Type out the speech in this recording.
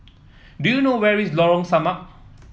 do you know where is Lorong Samak